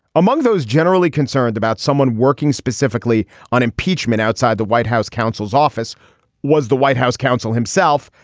among those generally concerned about someone working specifically on impeachment outside the white house counsel's office was the white house counsel himself.